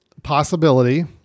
possibility